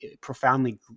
profoundly